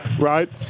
Right